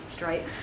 right